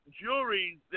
juries